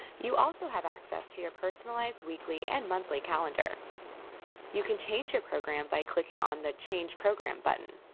you also have access to your personalized weekly and monthly calendar you can change your program by clicking on the change program button